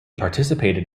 participated